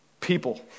people